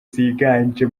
ziganje